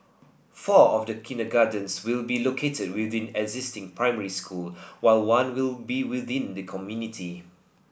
four of the kindergartens will be located within existing primary schools while one will be within the community